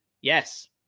yes